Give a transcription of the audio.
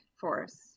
force